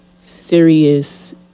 serious